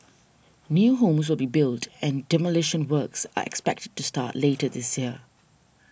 new homes will be built and demolition works are expected to start later this year